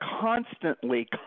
constantly